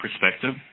perspective